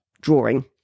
drawing